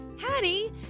Hattie